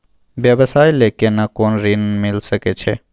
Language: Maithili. व्यवसाय ले केना कोन ऋन मिल सके छै?